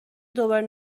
دوباره